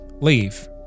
leave